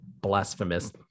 Blasphemous